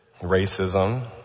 racism